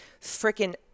freaking